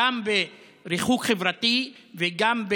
גם בריחוק חברתי וגם,